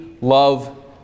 love